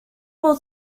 will